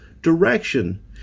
direction